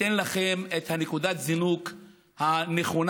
ייתן לכם את נקודת הזינוק הנכונה,